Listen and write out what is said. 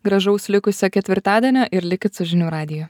gražaus likusio ketvirtadienio ir likit su žinių radiju